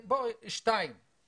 הצעה שנייה.